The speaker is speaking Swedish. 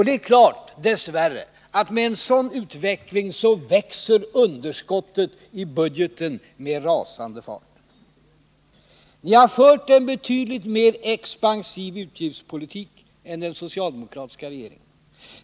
Det är klart, dess värre, att med en sådan utveckling växer underskottet i budgeten med rasande fart. Ni har fört en betydligt mer expansiv utgiftspolitik än den socialdemokratiska regeringen.